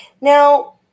Now